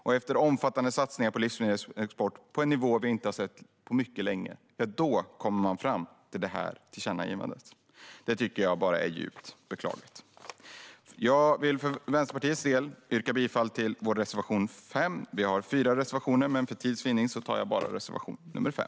Efter det har omfattande satsningar gjorts på livsmedelsexport på en nivå vi inte sett på mycket länge. Då kommer man fram till detta tillkännagivande. Det tycker jag bara är djupt beklagligt. Jag vill för Vänsterpartiets del yrka bifall till vår reservation 5. Vi har fyra reservationer, men för tids vinnande yrkar jag bifall endast till reservation 5.